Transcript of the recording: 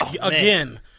Again